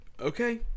Okay